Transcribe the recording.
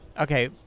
Okay